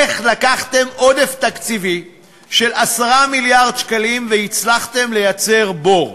איך לקחתם עודף תקציבי של 10 מיליארד שקלים והצלחתם לייצר בור?